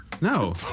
No